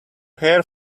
hair